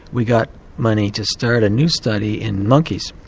we got money to start a new study in monkeys,